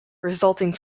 resulting